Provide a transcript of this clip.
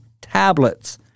tablets